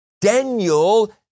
Daniel